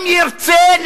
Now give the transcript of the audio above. אם ירצה,